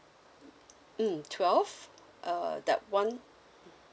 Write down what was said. mm twelve uh that [one]